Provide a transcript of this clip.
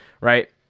right